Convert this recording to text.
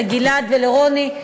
לגלעד ולרוני,